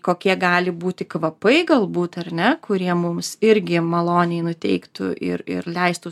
kokie gali būti kvapai galbūt ar ne kurie mums irgi maloniai nuteiktų ir ir leistų